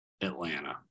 Atlanta